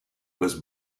was